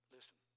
Listen